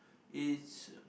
it's